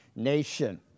nation